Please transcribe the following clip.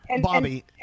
Bobby